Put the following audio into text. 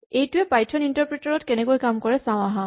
এইটোৱে Python interpreter ত কেনেকৈ কাম কৰে চাওঁ আহাঁ